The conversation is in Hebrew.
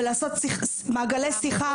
ולעשות מעגלי שיחה.